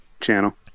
channel